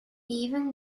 even